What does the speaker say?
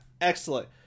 Excellent